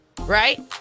Right